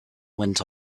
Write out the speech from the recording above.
went